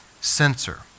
sensor